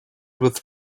with